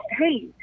hey